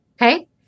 okay